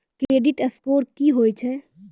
Credit score की होय छै?